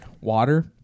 water